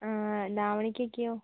ആ ആഹ് ധാവണിക്കൊക്കെയോ